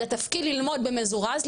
לתפקיד ללמוד במזורז,